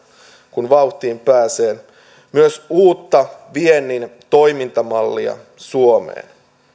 kun vauhtiin pääsen myös uutta viennin toimintamallia suomeen